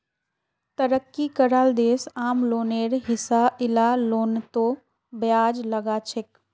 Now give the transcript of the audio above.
तरक्की कराल देश आम लोनेर हिसा इला लोनतों ब्याज लगाछेक